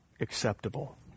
acceptable